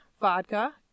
vodka